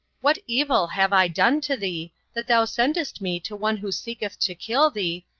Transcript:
what evil have i done to thee, that thou sendest me to one who seeketh to kill thee,